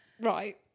Right